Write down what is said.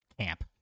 camp